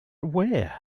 where